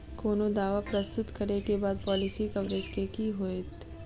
कोनो दावा प्रस्तुत करै केँ बाद पॉलिसी कवरेज केँ की होइत?